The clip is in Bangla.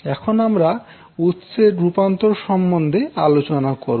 এখন আমরা উৎসের রূপান্তর সম্বন্ধে আলোচনা করবো